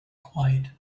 quiet